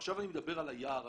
ועכשיו אני מדבר על היער עצמו,